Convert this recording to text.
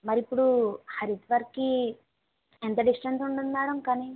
మరి ఇప్పుడు హరిద్వార్కి ఎంత డిస్టెన్స్ ఉంటుంది మేడం కానీ